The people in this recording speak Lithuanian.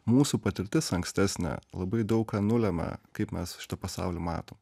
mūsų patirtis ankstesnė labai daug ką nulemia kaip mes šitą pasaulį matom